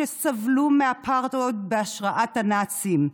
שסבלו מהפרהוד בהשראת הנאצים.